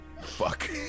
Fuck